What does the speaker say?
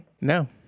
No